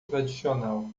tradicional